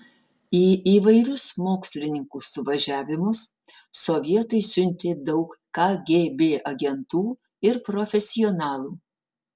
į įvairius mokslininkų suvažiavimus sovietai siuntė daug kgb agentų ir profesionalų